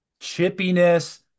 chippiness